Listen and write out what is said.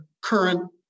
current